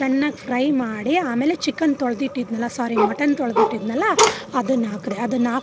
ಚೆನ್ನಾಗ್ ಫ್ರೈ ಮಾಡಿ ಆಮೇಲೆ ಚಿಕನ್ ತೊಳೆದಿಟ್ಟಿದ್ನಲ್ಲ ಸಾರಿ ಮಟನ್ ತೊಳೆದಿಟ್ಟಿದ್ನಲ್ಲ ಅದನ್ನಾಕಿದೆ ಅದನ್ನಾಕಿಬಿಟ್ಟು